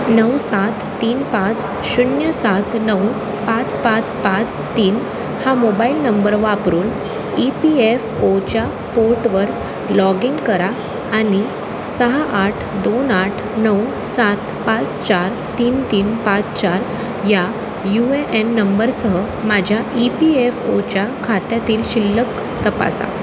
नऊ सात तीन पाच शून्य सात नऊ पाच पाच पाच तीन हा मोबाईल नंबर वापरून ई पी एफ ओच्या पोर्टवर लॉग इन करा आणि सहा आठ दोन आठ नऊ सात पाच चार तीन तीन पाच चार या यू ए एन नंबरसह माझ्या ई पी एफ ओच्या खात्यातील शिल्लक तपासा